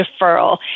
deferral